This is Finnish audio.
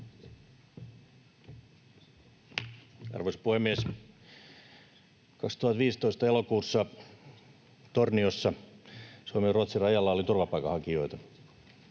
Arvoisa puhemies! Elokuussa 2015 Torniossa Suomen ja Ruotsin rajalla oli turvapaikanhakijoita.